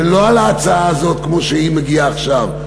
ולא על ההצעה הזאת כמו שהיא מגיעה עכשיו,